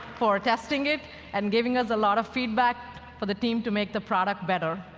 for testing it and giving us a lot of feedback for the team to make the product better.